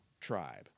Tribe